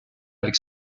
avec